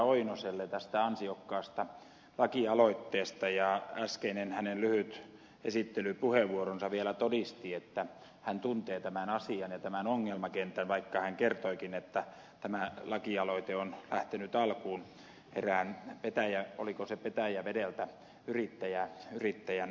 oinoselle tästä ansiokkaasta lakialoitteesta ja äskeinen hänen lyhyt esittelypuheenvuoronsa vielä todisti että hän tuntee tämän asian ja tämän ongelmakentän vaikka hän kertoikin että tämä lakialoite on lähtenyt alkuun erään oliko se petäjävedeltä yrittäjän aloitteesta